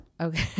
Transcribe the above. Okay